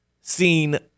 seen